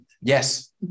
Yes